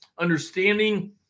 understanding